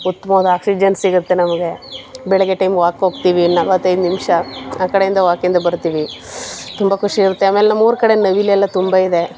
ಉತ್ತಮವಾದ ಆಕ್ಸಿಜನ್ ಸಿಗುತ್ತೆ ನಮಗೆ ಬೆಳಗ್ಗೆ ಟೈಮ್ ವಾಕ್ ಹೋಗ್ತೀವಿ ನಲವತ್ತೈದು ನಿಮಿಷ ಆ ಕಡೆಯಿಂದ ವಾಕಿಂದ ಬರ್ತೀವಿ ತುಂಬ ಖುಷಿ ಇರುತ್ತೆ ಆಮೇಲೆ ನಮ್ಮ ಊರ ಕಡೆ ನವಿಲೆಲ್ಲ ತುಂಬ ಇದೆ